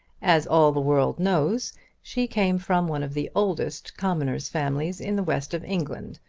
as all the world knows she came from one of the oldest commoner's families in the west of england,